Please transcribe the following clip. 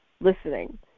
listening